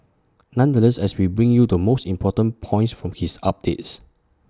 nonetheless as we bring you the most important points from his updates